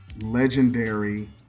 legendary